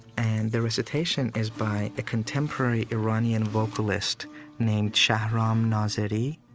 and the recitation is by a contemporary iranian vocalist named shahram nazeri,